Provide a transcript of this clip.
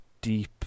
deep